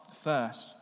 first